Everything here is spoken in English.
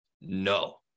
No